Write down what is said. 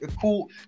cool